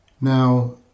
Now